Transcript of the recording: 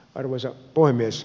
arvoisa puhemies